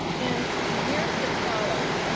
in the years that followed,